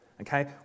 okay